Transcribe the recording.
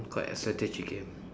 quite a strategy game